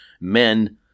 men